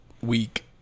week